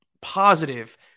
positive